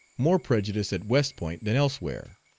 more prejudice at west point than elsewhere.